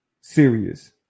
serious